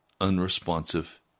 unresponsive